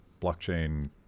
blockchain